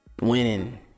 Winning